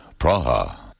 Praha